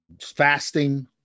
Fasting